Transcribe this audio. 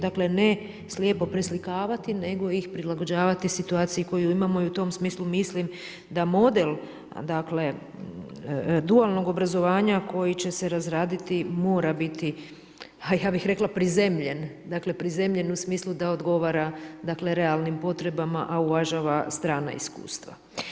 Dakle, ne slijepo preslikavati, nego ih prilagođavati situaciji koju imamo i u tom smislu mislim da model, dakle dualnog obrazovanja koji će se razraditi mora biti ja bih rekla prizemljen, dakle prizemljen u smislu da odgovara, dakle realnim potrebama, a uvažava strana iskustva.